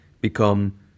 become